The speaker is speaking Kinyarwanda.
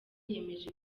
yemeje